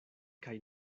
kaj